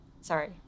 sorry